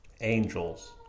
angels